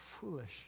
foolish